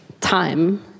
time